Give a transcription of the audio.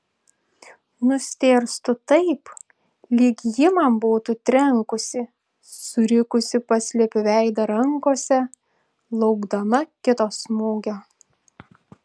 nustėrstu taip lyg ji man būtų trenkusi surikusi paslepiu veidą rankose laukdama kito smūgio